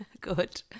Good